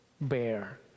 bear